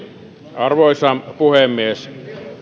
arvoisa puhemies